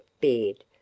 beard